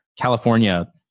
California